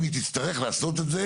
אם היא תצטרך לעשות את זה